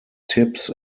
tips